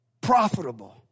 Profitable